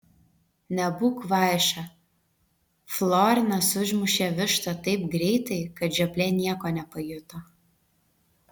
nebūk kvaiša florinas užmušė vištą taip greitai kad žioplė nieko nepajuto